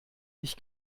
ich